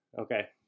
Okay